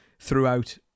throughout